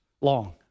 long